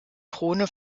krone